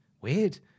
Weird